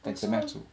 then 怎样煮